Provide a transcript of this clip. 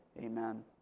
Amen